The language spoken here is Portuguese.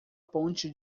ponte